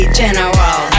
general